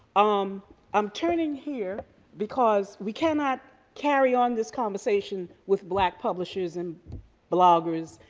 um i'm turning here because we cannot carry on this conversation with black publishers, and bloggers,